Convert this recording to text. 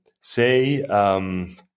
say